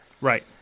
Right